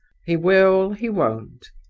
he will, he won't,